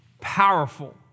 powerful